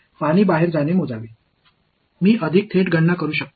எனவே இது வெளியே செல்லும் தண்ணீரை அளக்கிறது